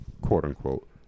quote-unquote